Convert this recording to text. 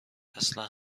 اصلن